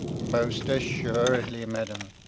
most assuredly, madam.